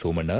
Somanna